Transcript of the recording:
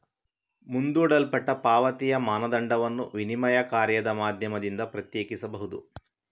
ಮುಂದೂಡಲ್ಪಟ್ಟ ಪಾವತಿಯ ಮಾನದಂಡವನ್ನು ವಿನಿಮಯ ಕಾರ್ಯದ ಮಾಧ್ಯಮದಿಂದ ಪ್ರತ್ಯೇಕಿಸಬಹುದು